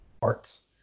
parts